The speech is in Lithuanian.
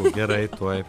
gerai tuoj